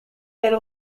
elle